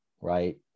right